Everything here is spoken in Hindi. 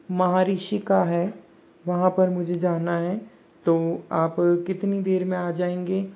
महर्षि का है वहाँ पर मुझे जाना है तो आप कितनी देर में आ जाएंगे